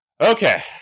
okay